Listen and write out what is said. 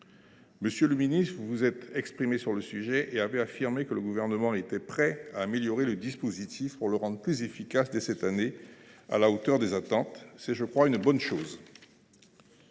Monsieur le ministre, vous vous êtes exprimé sur le sujet et avez affirmé que le Gouvernement était prêt à améliorer le dispositif pour le rendre plus efficace dès cette année, à la hauteur des attentes. C’est une bonne chose.